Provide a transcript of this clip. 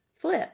flip